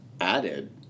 added